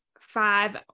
Five